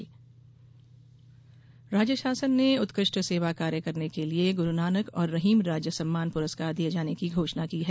राज्य सम्मान राज्य शासन ने उत्कृष्ट सेवा कार्य करने के लिये गुरूनानक और रहीम राज्य सम्मान पुरस्कार दिये जाने की घोषणा की है